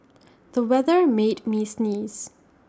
the weather made me sneeze